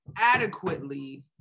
adequately